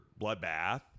Bloodbath